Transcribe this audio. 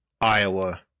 Iowa